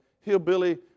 hillbilly